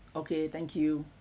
okay thank you